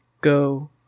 go